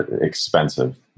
expensive